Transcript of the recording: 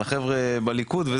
על החבר'ה בליכוד,